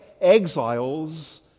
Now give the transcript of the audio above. exiles